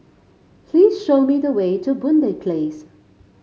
please show me the way to Boon Lay Place